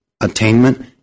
attainment